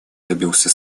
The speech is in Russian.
добился